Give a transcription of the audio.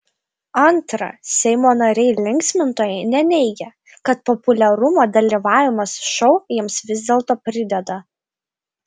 antra seimo nariai linksmintojai neneigia kad populiarumo dalyvavimas šou jiems vis dėlto prideda